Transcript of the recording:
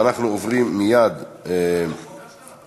אנחנו מצביעים עכשיו על חוק